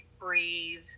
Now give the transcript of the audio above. breathe